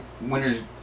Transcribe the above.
Winner's